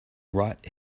right